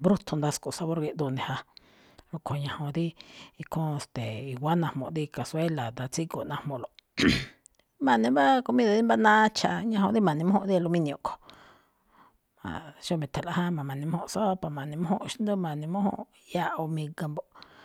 mbrúthun ndasko̱ꞌ sabor géꞌdoo ne̱ ja. Rúꞌkho̱ ñajuun dí ikhúúnꞌ, e̱ste̱e̱, i̱wa̱á najmuꞌ dí cazuela, daan tsígo̱ꞌ najmuꞌlo̱ꞌ. ma̱ne̱ má comida dí mbá nacha̱, ñajun dí ma̱ne̱mújúnꞌ dí al inio kho̱, xómá e̱tha̱nꞌlaꞌ jáma̱, ma̱ne̱mújún sopa, ma̱ne̱ mújúnꞌ xndú, ma̱ne̱mújúnꞌ, ya̱ꞌwo̱ mi̱ga̱ mbo̱ꞌ.